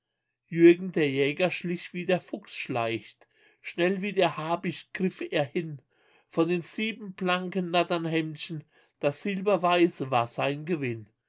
jürgen der jäger schlich wie der fuchs schleicht schnell wie der habicht griff er hin von den sieben blanken natternhemdchen das silberweiße war sein gewinn